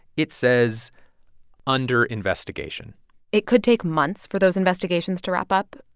it says under investigation it could take months for those investigations to wrap up.